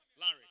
Larry